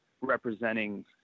representing